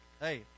Hey